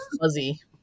fuzzy